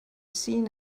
seen